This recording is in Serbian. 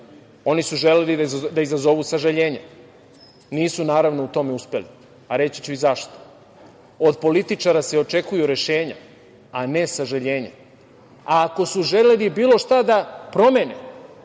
Oni su želeli da izazovu sažaljenje. Nisu, naravno, u tome uspeli, a reći ću i zašto. Od političara se očekuju rešenja, a ne sažaljenja, a ako su želeli bilo šta da promene